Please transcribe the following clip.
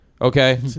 Okay